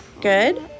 Good